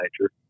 nature